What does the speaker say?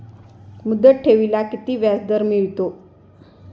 मुदत ठेवीला किती व्याजदर मिळतो?